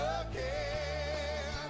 again